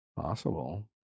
Possible